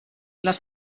les